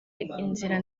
inzira